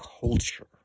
culture